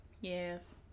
Yes